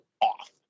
off